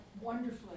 wonderfully